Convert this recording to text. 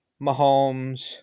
mahomes